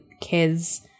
kids –